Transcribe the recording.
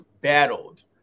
battled